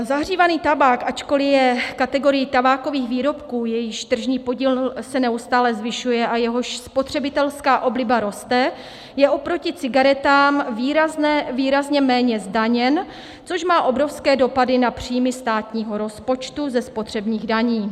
Zahřívaný tabák, ačkoli je v kategorii tabákových výrobků, jejichž tržní podíl se neustále zvyšuje a jehož spotřebitelská obliba roste, je oproti cigaretám výrazně méně zdaněn, což má obrovské dopady na příjmy státního rozpočtu ze spotřebních daní.